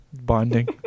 Bonding